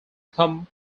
thumb